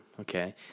Okay